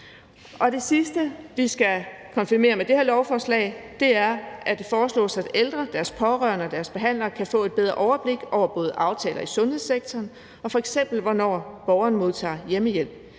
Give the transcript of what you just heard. Det sidste, vi skal konfirmere med det her lovforslag, er forslaget om, at ældre, deres pårørende og deres behandlere kan få et bedre overblik over både aftaler i sundhedssektoren, og f.eks. hvornår borgeren modtager hjemmehjælp.